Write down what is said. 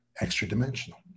extra-dimensional